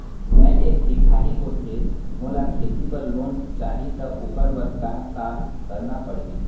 मैं एक दिखाही होथे मोला खेती बर लोन चाही त ओकर बर का का करना पड़ही?